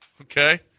Okay